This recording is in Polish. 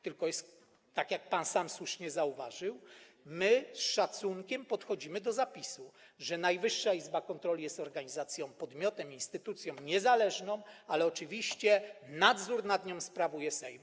Tylko że, jak pan słusznie zauważył, z szacunkiem podchodzimy do zapisu, że Najwyższa Izba Kontroli jest organizacją, podmiotem, instytucją niezależną, ale oczywiście nadzór nad nią sprawuje Sejm.